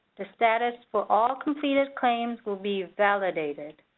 the status for all completed claims will be validated.